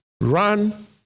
Run